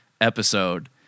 episode